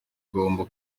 igomba